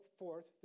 forth